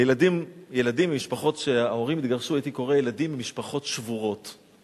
לילדים ממשפחות שההורים התגרשו הייתי קורא "ילדים ממשפחות שבורות".